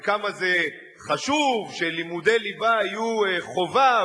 וכמה זה חשוב שלימודי ליבה יהיו חובה,